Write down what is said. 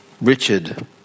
Richard